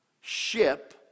ship